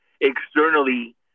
externally